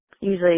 usually